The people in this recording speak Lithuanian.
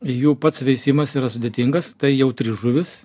jų pats veisimas yra sudėtingas tai jautri žuvis